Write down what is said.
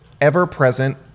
ever-present